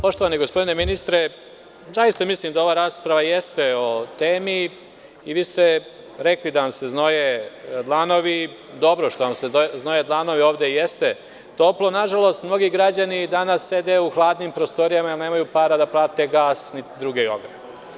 Poštovani gospodine ministre, uvažene kolege, zaista mislim da ova rasprava jeste o temi i vi ste rekli da vam se znoje dlanovi i dobro je što vam se znoje dlanovi, ovde jeste toplo, a nažalost, mnogi građani danas sede u hladnim prostorijama, jer nemaju para da plate gas, niti druge ogreve.